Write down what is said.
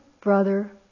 brother